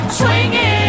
swinging